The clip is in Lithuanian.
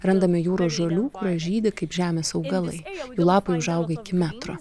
randame jūros žolių kurios žydi kaip žemės augalai jų lapai užauga iki metro